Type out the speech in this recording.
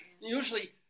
Usually